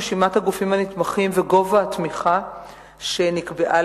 רשימת הגופים הנתמכים וגובה התמיכה שנקבעה